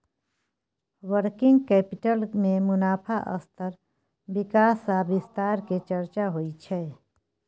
working capital में मुनाफ़ा स्तर विकास आ विस्तार के चर्चा होइ छइ